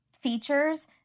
features